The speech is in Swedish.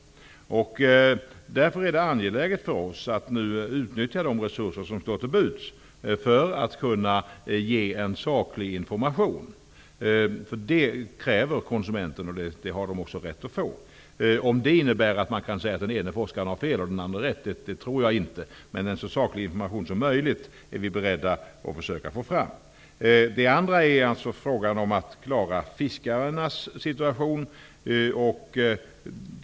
Därför är det angeläget för oss att utnyttja de resurser som står till buds för att kunna ge saklig information. Det kräver konsumenterna, och det har de också rätt att få. Att det innebär att man kan säga att den ena forskaren har fel och den andra har rätt tror jag inte, men en så saklig information som möjligt är vi beredda att försöka få fram. Sedan är det också viktigt att klara ut fiskarnas situation.